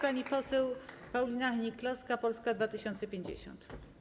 Pani poseł Paulina Hennig-Kloska, Polska 2050.